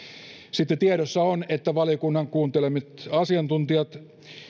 toisaalta tiedossa on että monet valiokunnan kuulemat asiantuntijat